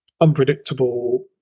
unpredictable